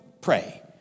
Pray